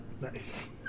Nice